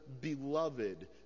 Beloved